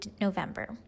November